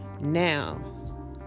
now